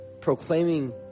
proclaiming